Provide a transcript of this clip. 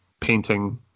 painting